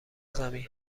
زمین